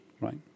Right